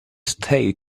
stay